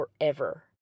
forever